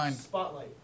Spotlight